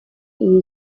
run